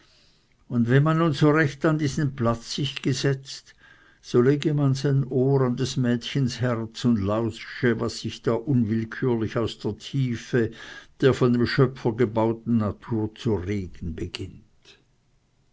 und wenn man nun so recht an diesen platz sich gesetzt so lege man sein ohr an des mädchens herz und lausche was sich da unwillkürlich aus der tiefe der von dem schöpfer gebauten natur zu regen beginnt